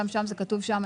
גם שם זה כתוב שם,